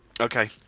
Okay